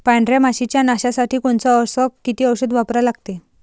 पांढऱ्या माशी च्या नाशा साठी कोनचं अस किती औषध वापरा लागते?